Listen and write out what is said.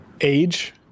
Age